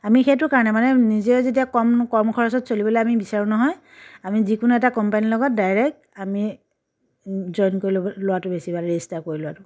আমি সেইটো কাৰণে মানে নিজে যেতিয়া কম কম খৰচত চলিবলৈ আমি বিচাৰোঁ নহয় আমি যিকোনো এটা কোম্পানীৰ লগত ডাইৰেক্ট আমি জইন কৰি ল'ব লোৱাটো বেছি ভাল ৰেইষ্টাৰ কৰি লোৱাটো